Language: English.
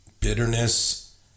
Bitterness